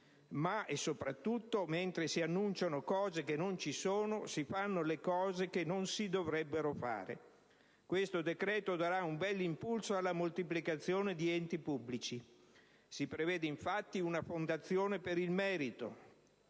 Ma e soprattutto, mentre si annunciano cose che non ci sono, si fanno le cose che non si dovrebbero fare. Questo decreto darà un bell'impulso alla moltiplicazione di enti pubblici. Infatti, si prevede una Fondazione per il Merito,